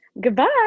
Goodbye